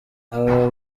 abo